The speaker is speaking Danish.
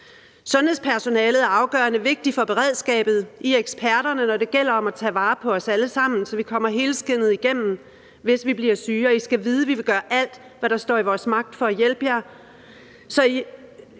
Sundhedspersonalet er afgørende vigtig for beredskabet: I er eksperterne, når det gælder om at tage vare på os alle sammen, så vi kommer helskindet igennem, hvis vi bliver syge, og I skal vide, at vi vil gøre alt, hvad der står i vores magt, for at hjælpe jer,